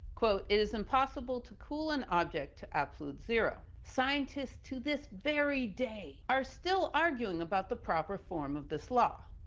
it is impossible to cool an object to absolute zero. scientists, to this very day, are still arguing about the proper form of this law.